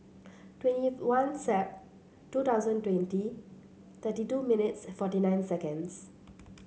twenty one Sep two thousand twenty thirty two minutes forty nine seconds